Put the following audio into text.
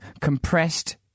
compressed